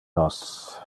nos